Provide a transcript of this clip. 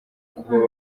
kuba